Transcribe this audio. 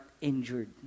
injured